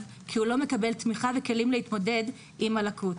כי הוא לא מקבל תמיכה וכלים להתמודד עם הלקות,